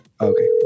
Okay